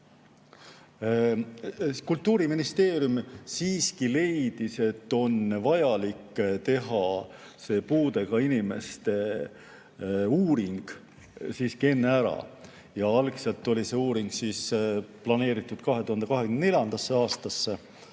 Kultuuriministeerium siiski leidis, et on vajalik teha see puudega inimeste uuring enne ära. Algselt oli see uuring planeeritud 2024. aastaks,